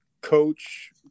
coach